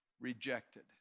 rejected